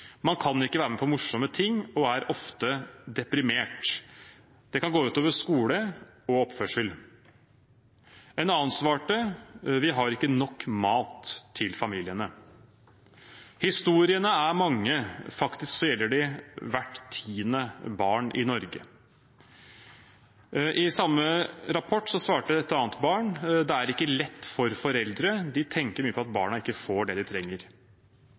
Man kan ikke være med på morsomme ting og er ofte deprimert. Det kan gå ut over skole og oppførsel. En annen svarte: Vi har ikke nok mat til familien. Historiene er mange, faktisk gjelder de hvert tiende barn i Norge. I samme rapport svarte et annet barn: Det er ikke lett for foreldre, de tenker mye på at barna ikke får det de trenger.